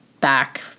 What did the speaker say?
back